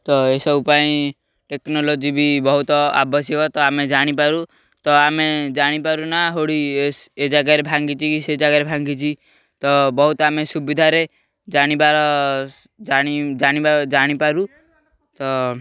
ତ ଏସବୁ ପାଇଁ ଟେକ୍ନୋଲୋଜି ବି ବହୁତ ଆବଶ୍ୟକ ତ ଆମେ ଜାଣିପାରୁ ତ ଆମେ ଜାଣିପାରୁନା ଏ ଜାଗାରେ ଭାଙ୍ଗିଛି କି ସେ ଜାଗାରେ ଭାଙ୍ଗିଛି ତ ବହୁତ ଆମେ ସୁବିଧାରେ ଜାଣିବା ଜାଣିପାରୁ ତ